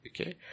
Okay